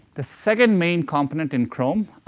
the second main component in chrome,